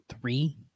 three